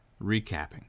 recapping